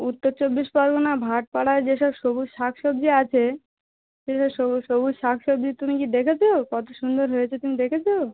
উত্তর চব্বিশ পরগনা ভাট পাড়ায় যে সব সবুজ শাক সবজি আছে সেই সব সবুজ সবুজ শাক সবজি তুমি কি দেখেছো কতো সুন্দর হয়েছে তুমি দেখেছো